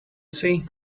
see